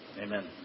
Amen